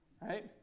right